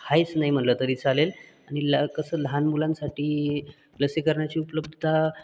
आहेच नाही म्हणलं तरी चालेल आणि ल कसं लहान मुलांसाठी लसीकरणाची उपलब्धता